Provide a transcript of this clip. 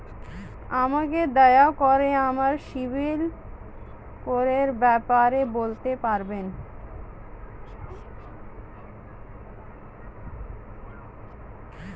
আমাকে দয়া করে আমার সিবিল স্কোরের ব্যাপারে বলতে পারবেন?